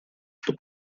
что